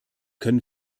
können